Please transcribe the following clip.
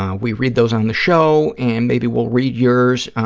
um we read those on the show and maybe we'll read yours,